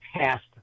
past